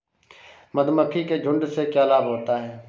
मधुमक्खी के झुंड से क्या लाभ होता है?